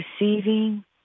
receiving